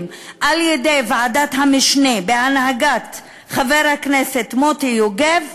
על-ידי ועדת המשנה בהנהגת חבר הכנסת מוטי יוגב,